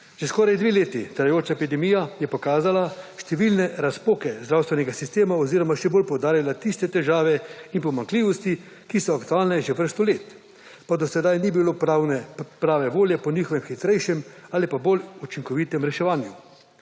Že skoraj dve leti trajajoča epidemija je pokazala številne razpoke zdravstvenega sistema oziroma še bolj poudarila tiste težave in pomanjkljivosti, ki so aktualne že vrsto let, pa do sedaj ni bilo prave volje po njihovem hitrejšem ali pa bolj učinkovitem reševanju.